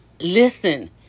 listen